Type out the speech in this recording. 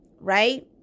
right